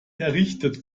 errichtet